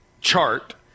chart